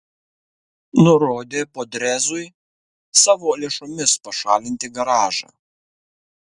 nurodė podrezui savo lėšomis pašalinti garažą